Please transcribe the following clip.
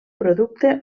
producte